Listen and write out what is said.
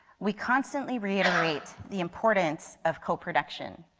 we constantly reiterate the importance of coproduction.